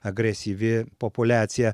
agresyvi populiacija